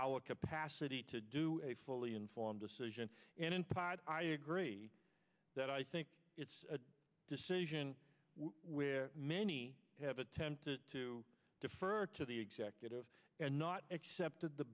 our capacity to do a fully informed decision and in part i agree that i think it's a decision where many have attempted to defer to the executive and not accepted the